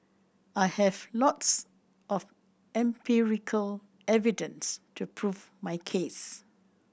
I have lots of empirical evidence to prove my case